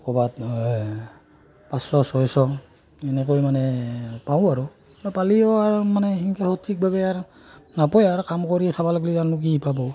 ক'ৰবাত পাঁচশ ছয়শ এনেকৈ মানে পাওঁ আৰু পালেও আৰু সেনেকৈ সঠিকভাৱে আৰু নাপায় আৰু কাম কৰি খাব লগিয়াক লেগি পাব